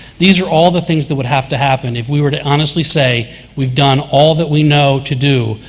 these are all the things that would have to happen if we were to honestly say we've done all that we know to do,